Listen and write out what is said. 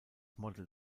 model